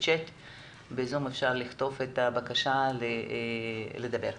אפשר לכתוב את הבקשה כדי לדבר.